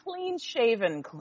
clean-shaven